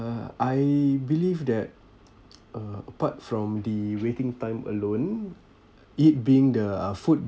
uh I believe that uh apart from the waiting time alone it being the uh food